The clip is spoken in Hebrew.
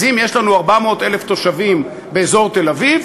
אז אם יש לנו 400,000 תושבים באזור תל-אביב,